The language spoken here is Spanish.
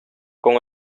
con